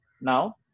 now